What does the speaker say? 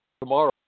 tomorrow